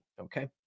Okay